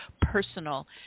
personal